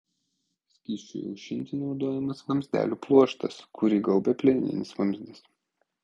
skysčiui aušinti naudojamas vamzdelių pluoštas kurį gaubia plieninis vamzdis